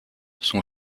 son